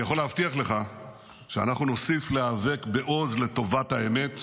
אני יכול להבטיח לך שאנחנו נוסיף להיאבק בעוז לטובת האמת,